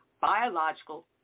Biological